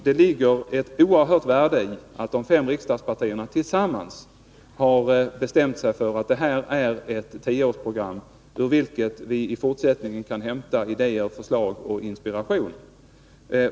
Det ligger ett oerhört stort värde i att de fem riksdagspartierna tillsammans har bestämt sig för att det här är fråga om ett tioårsprogram, ur vilket vi i fortsättningen kan hämta idéer, förslag och inspiration.